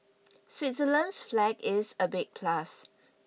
Switzerland's flag is a big plus